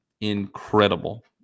incredible